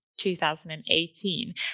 2018